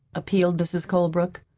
appealed mrs. colebrook.